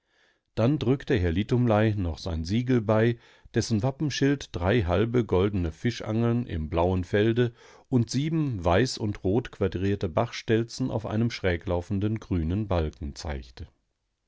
dann drückte herr litumlei noch sein siegel bei dessen wappenschild drei halbe goldene fischangeln im blauen felde und sieben weiß und rot quadrierte bachstelzen auf einem schräglaufenden grünen balken zeigte